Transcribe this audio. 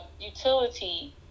utility